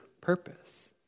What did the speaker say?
purpose